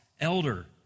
elder